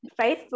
Facebook